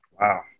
Wow